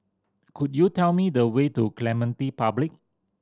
could you tell me the way to Clementi Public